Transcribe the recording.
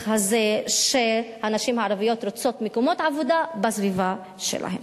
הזה שהנשים הערביות רוצות מקומות עבודה בסביבה שלהן.